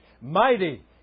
mighty